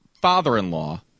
father-in-law